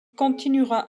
continuera